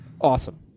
Awesome